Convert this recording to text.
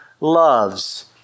loves